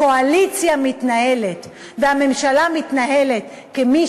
הקואליציה מתנהלת והממשלה מתנהלת כמי